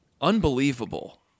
Unbelievable